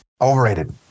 Overrated